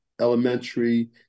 elementary